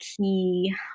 key